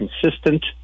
consistent